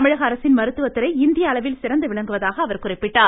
தமிழக அரசின் மருத்துவதுறை இந்திய அளவில் சிறந்து விளங்குவதாக அவர் குறிப்பிட்டார்